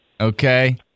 Okay